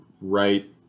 right